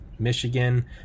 Michigan